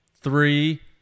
three